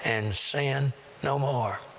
and sin no more.